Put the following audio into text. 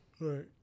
Right